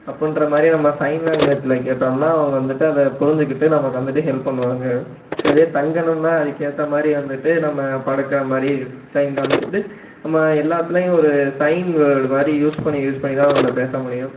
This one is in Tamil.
அப்படின்ற மாதிரி நம்ம சைன் லாங்குவேஜ்ஜில் கேட்டோம்னால் அவங்க வந்துட்டு அதை புரிஞ்சுக்கிட்டு நமக்கு வந்துட்டு ஹெல்ப் பண்ணுவாங்க இப்போ அதையே தங்கணும்னால் அதுக்கேற்ற மாதிரி வந்துட்டு நம்ம படுக்கிற மாதிரி சைன் காமிச்சுட்டு நம்ம எல்லாத்துலேயும் ஒரு சைன் வேர்டு மாதிரி யூஸ் பண்ணி யூஸ் பண்ணி தான் அவங்கள்கிட்ட பேச முடியும்